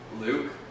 Luke